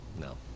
No